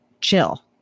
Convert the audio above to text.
chill